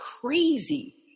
crazy